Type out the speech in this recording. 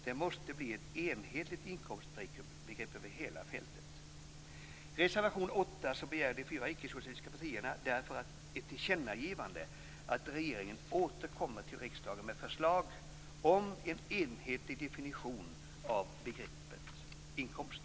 Det måste bli ett enhetligt inkomstbegrepp över hela fältet. I reservation 8 begär de fyra ickesocialistiska partierna därför ett tillkännagivande om att regeringen återkommer till riksdagen med ett förslag om en enhetlig definition av begreppet inkomst.